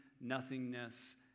nothingness